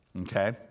Okay